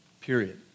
Period